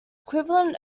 equivalent